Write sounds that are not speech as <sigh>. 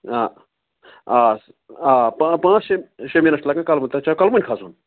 آ آ آ پانٛژھ شےٚ شےٚ مِنَٹ چھِ لَگان کۄل <unintelligible> تۄہہِ چھےٚ کۄلمُنۍ کھَسُن